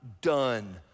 done